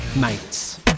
mates